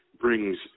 brings